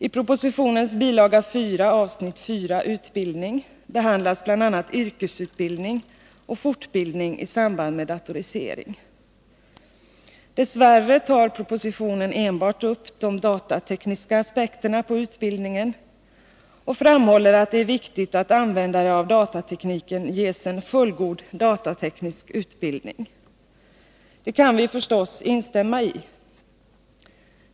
I avsnitt 4, Utbildning, i propositionens bil. 4 behandlas bl.a. yrkesutbildning och fortbildning i samband med datorisering. Dess värre tas i propositionen enbart upp de datatekniska aspekterna på utbildningen, och man framhåller att det är viktigt att användare av datatekniken ges en fullgod datateknisk utbildning. Det kan vi förstås instämma i.